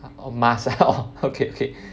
!huh! orh must ah orh okay okay